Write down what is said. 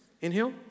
Inhale